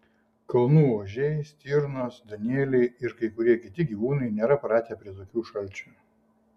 kalnų ožiai stirnos danieliai ir kai kurie kiti gyvūnai nėra pratę prie tokių šalčių